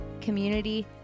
community